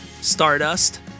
Stardust